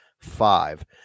five